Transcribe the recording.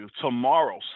Tomorrow